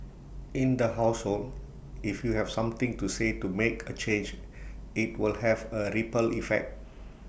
in the household if you've something to say to make A change IT will have A ripple effect